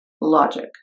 logic